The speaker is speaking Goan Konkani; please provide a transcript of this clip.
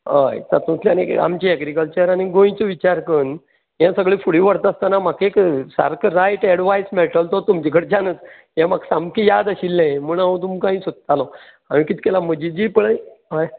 हय तातूंतल्यान एक आमचें एग्रीकल्चर आनीक गोंयचो विचार कन् यें सगलें फुडें व्हरता आसतना म्हाका एक सारको रायट एडवायस मेळटलो तो तुमचे कडच्यानच हें म्हाका सामकी याद आशिल्लें म्हण हांव तुमकांय सोदतालो हांवेन कित केलें म्हजी जी पळय हय